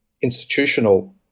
institutional